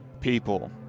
people